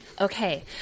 Okay